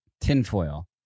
Tinfoil